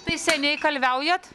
tai seniai kalviaujat